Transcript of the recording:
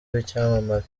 w’icyamamare